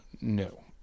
No